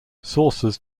sources